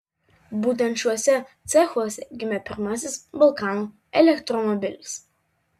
būtent šiuose cechuose gimė pirmasis balkanų elektromobilis